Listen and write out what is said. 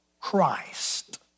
Christ